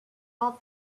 all